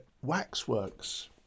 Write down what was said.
waxworks